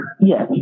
yes